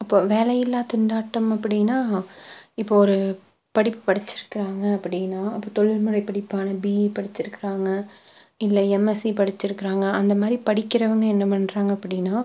அப்போது வேலையில்லா திண்டாட்டம் அப்படின்னா இப்போது ஒரு படிப்பு படிச்சுருக்குறாங்க அப்படின்னா இப்போ தொழில் முறை படிப்பான பிஇ படிச்சுருக்குறாங்க இல்லை எம்எஸ்சி படிச்சுருக்குறாங்க அந்த மாதிரி படிக்கிறவங்க என்ன பண்ணுறாங்க அப்படின்னா